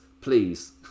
Please